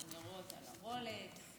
אמירות על הרולקס,